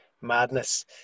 Madness